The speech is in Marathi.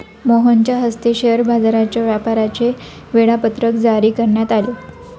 मोहनच्या हस्ते शेअर बाजाराच्या व्यापाराचे वेळापत्रक जारी करण्यात आले